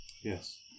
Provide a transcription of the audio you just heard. Yes